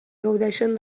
gaudeixen